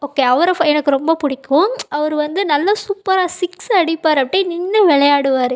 okay அவர் fine எனக்கு ரொம்ப பிடிக்கும் அவர் வந்து நல்ல சூப்பராக சிக்ஸு அடிப்பார் அப்படியே நின்று விளையாடுவாரு